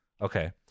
Okay